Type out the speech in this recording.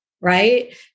right